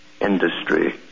industry